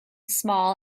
small